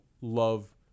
love